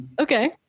Okay